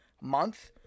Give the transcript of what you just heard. month